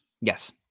yes